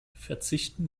verzichten